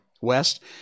west